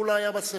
הוא לא היה בשרפה,